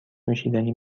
نوشیدنی